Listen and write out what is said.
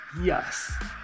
Yes